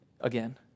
Again